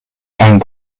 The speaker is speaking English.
and